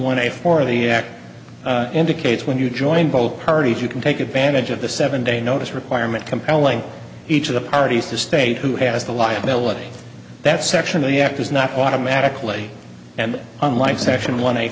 of the act indicates when you join both parties you can take advantage of the seven day notice requirement compelling each of the parties to state who has the liability that section of the act is not automatically and unlike section one